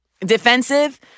defensive